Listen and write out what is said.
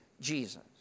Jesus